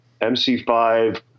mc5